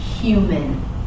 human